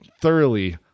thoroughly